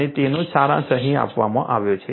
અને તેનો જ સારાંશ અહીં આપવામાં આવ્યો છે